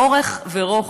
אורך ורוחב.